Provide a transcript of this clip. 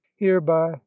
hereby